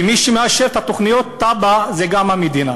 ומי שמאשרת את התב"ע, זו גם המדינה.